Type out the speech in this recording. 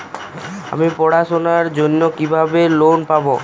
আমি পড়াশোনার জন্য কিভাবে লোন পাব?